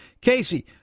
Casey